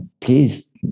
please